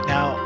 Now